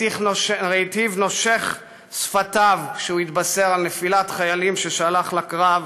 ראיתיו נושך שפתיו כשהתבשר על נפילת חיילים ששלח לקרב,